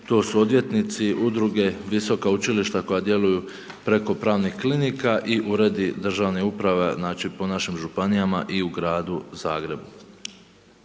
to su odvjetnici, udruge, visoka učilišta koja djeluju preko pravnih klinika i uredi državne uprave, znači po našim županijama i u gradu Zagrebu.